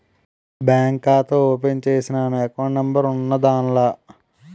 bank ఖాతా open చేసినాను account number ఉన్నాద్దాన్ల